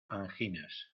anginas